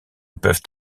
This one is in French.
peuvent